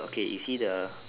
okay you see the